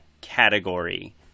category